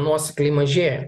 nuosekliai mažėja